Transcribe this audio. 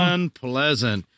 Unpleasant